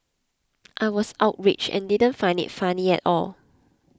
I was outraged and didn't find it funny at all